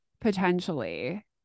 potentially